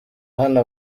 ahana